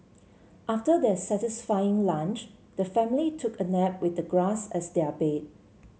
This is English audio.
after their satisfying lunch the family took a nap with the grass as their bed